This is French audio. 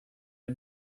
les